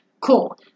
cool